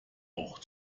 auch